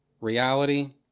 reality